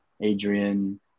Adrian